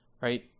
Right